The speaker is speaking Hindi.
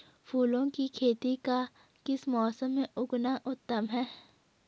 फूलों की खेती का किस मौसम में उगना उत्तम है?